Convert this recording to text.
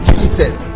Jesus